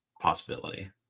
possibility